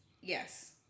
yes